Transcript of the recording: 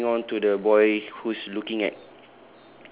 okay we moving on to the boy who is looking at